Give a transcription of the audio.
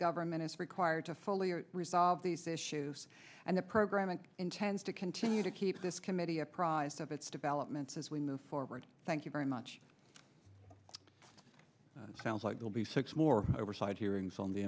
government is required to fully resolve these issues and the program intends to continue to keep this committee apprised of its developments as we move forward thank you very much it sounds like will be six more oversight hearings on the